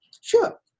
Sure